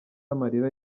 amarira